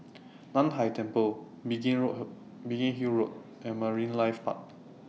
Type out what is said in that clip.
NAN Hai Temple Biggin Biggin Hill Road and Marine Life Park